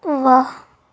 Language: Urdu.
واہ